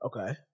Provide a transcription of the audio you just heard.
Okay